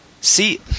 See